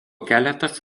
keletas